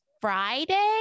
Friday